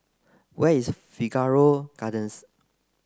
where is Figaro Gardens